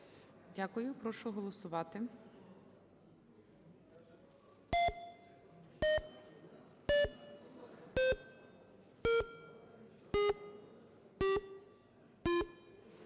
Дякую. Прошу голосувати.